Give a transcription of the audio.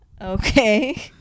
Okay